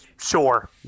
Sure